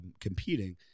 competing